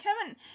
Kevin